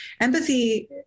Empathy